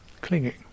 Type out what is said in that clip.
clinging